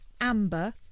amber